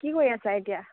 কি কৰি আছা এতিয়া